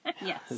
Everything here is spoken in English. yes